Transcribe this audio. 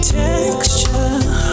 texture